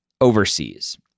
overseas